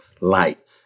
light